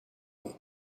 niet